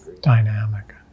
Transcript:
dynamic